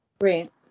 Right